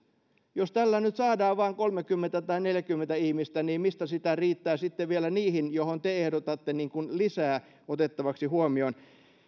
jos tällä nyt saadaan vain kolmekymmentä tai neljäkymmentä ihmistä niin mistä sitä riittää sitten vielä niihin jotka te ehdotatte lisää otettavaksi huomioon